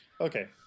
Okay